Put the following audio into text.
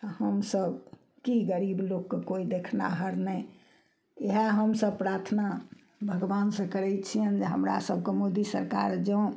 हमसभ के की गरीब लोकके कोइ देखनाहर नहि इहे हमसभ प्राथना भगवानसँ करय छियनि जे हमरा सभके मोदी सरकार जँ